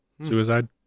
Suicide